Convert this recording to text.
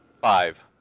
Five